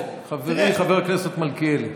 חברי חבר הכנסת מלכיאלי.